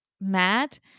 mad